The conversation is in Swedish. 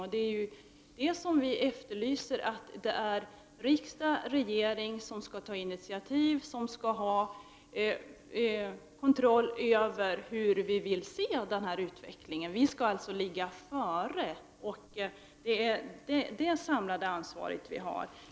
Och vi efterlyser att riksdag och regering skall ta initiativ och även ha kontroll över utvecklingen på detta område. Vi skall alltså ligga före. Detta är vårt samlade ansvar.